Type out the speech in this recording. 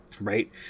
Right